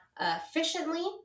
efficiently